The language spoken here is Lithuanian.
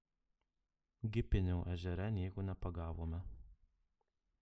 gipinio ežere nieko nepagavome